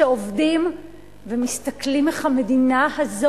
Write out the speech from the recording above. שעובדים ומסתכלים איך המדינה הזאת